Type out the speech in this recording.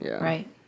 right